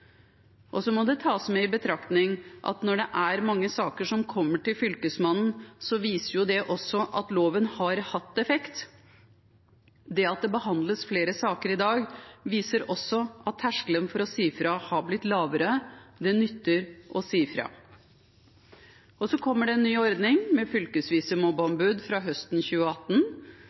må også tas med i betraktning at når det er mange saker som kommer til Fylkesmannen, viser det at loven har hatt effekt. At det behandles flere saker i dag, viser også at terskelen for å si ifra har blitt lavere. Det nytter å si ifra. Videre kommer det en ny ordning med fylkesvise mobbeombud fra høsten 2018.